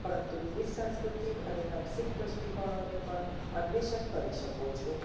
પરંતુ વિવિધ સાંસ્કૃતિક અને માનસિક દ્રષ્ટિકોનોને પણ અન્વેષણ કરી શકો છો